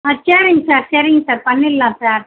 ஆ சேரிங்க சார் சரிங்க சார் பண்ணிட்லாம் சார்